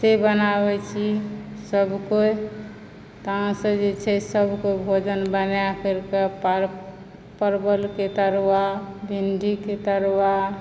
से बनाबैत छी सभकोइ तहन जे छै से सभकोइ भोजन बना करिकऽ पर परवलके तरुआ भिण्डीके तरुआ